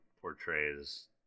portrays